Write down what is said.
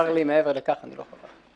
צר לי, מעבר לכך אני לא יכול להגיד.